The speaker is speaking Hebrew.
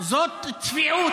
השמאל מאכזב.